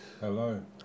Hello